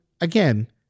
again